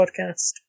podcast